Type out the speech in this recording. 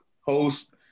host